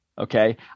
Okay